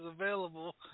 available